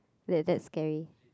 ya that's scary